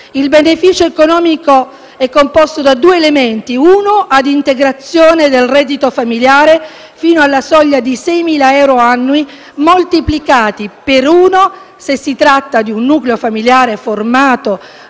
Il beneficio economico è composto da due elementi: uno ad integrazione del reddito familiare, fino alla soglia di 6.000 euro annui moltiplicati per uno se si tratta di un nucleo familiare formato